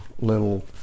little